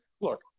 look